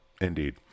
Indeed